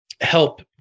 help